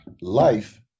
life